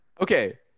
okay